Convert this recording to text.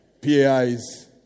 PAIs